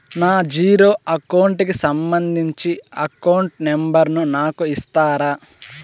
నా zero account కి సంబంధించి అకౌంట్ నెంబర్ ను నాకు ఇస్తారా